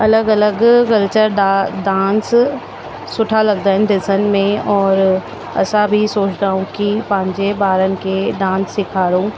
अलॻि अलॻि कल्चर डा डांस सुठा लगंदा आहिनि ॾिसण में और असां बि सोचिदा आहियूं की पंहिंजे ॿारनि खे डांस सेखारियूं